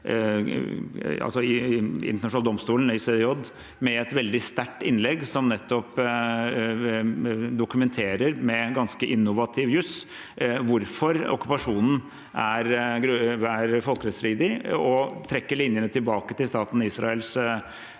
internasjonale domstolen, ICJ, med et veldig sterkt innlegg, som nettopp dokumenterer med ganske innovativ jus hvorfor okkupasjonen er folkerettsstridig, og trekker linjene tilbake til staten Israels